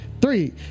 three